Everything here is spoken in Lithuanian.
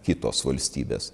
kitos valstybės